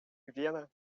вена